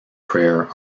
prayer